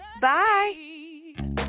Bye